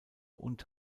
und